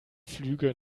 flüge